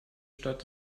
stadt